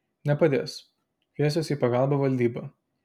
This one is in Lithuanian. nepadės kviesiuos į pagalbą valdybą